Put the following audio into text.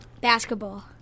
Basketball